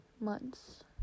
months